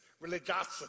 religiosity